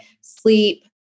sleep